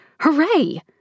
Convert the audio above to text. Hooray